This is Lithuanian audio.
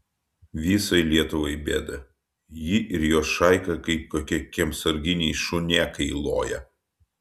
visai lietuvai bėda ji ir jos šaika kaip kokie kiemsarginiai šunėkai loja